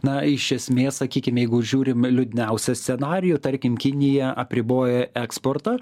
na iš esmės sakykim jeigu žiūrim liūdniausią scenarijų tarkim kinija apriboję eksportą